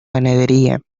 ganadería